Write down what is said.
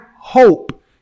hope